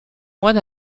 moine